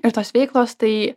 ir tos veiklos tai